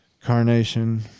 carnation